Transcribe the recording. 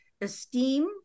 esteem